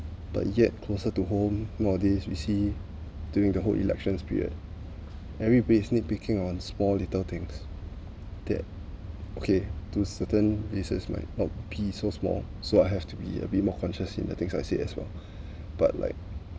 but yet closer to home nowadays we see during the whole election period everybody nitpicking on small little things that okay to certain places might not be so small so I have to be a bit more conscious in the things I said as well but like